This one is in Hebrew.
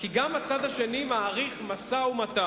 כי גם הצד השני מעריך משא-ומתן.